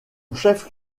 chef